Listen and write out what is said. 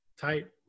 Tight